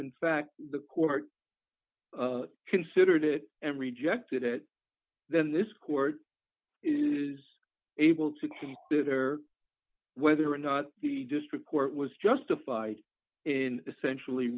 in fact the court considered it and rejected it then this court is able to keep or whether or not the district court was justified in essentially